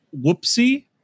whoopsie